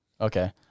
Okay